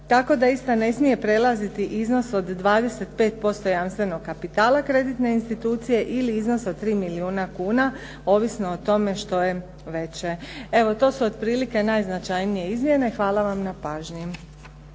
tako da ista ne smije prelaziti iznos od 25% jamstvenog kapitala kreditne institucije ili iznosa od 3 milijuna kuna, ovisno o tome što je veće. Evo to su otprilike najznačajnije izmjene. Hvala vam na pažnji.